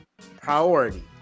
priority